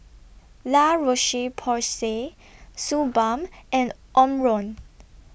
La Roche Porsay Suu Balm and Omron